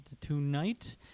tonight